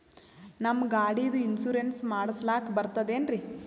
ನಮ್ಮ ಗಾಡಿದು ಇನ್ಸೂರೆನ್ಸ್ ಮಾಡಸ್ಲಾಕ ಬರ್ತದೇನ್ರಿ?